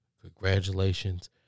Congratulations